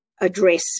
address